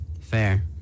Fair